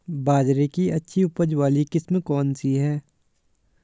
बाजरे की अच्छी उपज वाली किस्म कौनसी है?